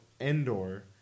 Endor